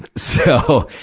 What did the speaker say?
so,